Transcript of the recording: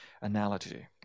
analogy